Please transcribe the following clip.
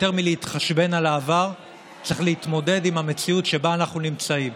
יותר מלהתחשבן על העבר צריך להתמודד עם המציאות שבה אנחנו נמצאים.